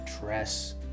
dress